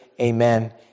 Amen